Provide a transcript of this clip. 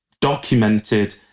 documented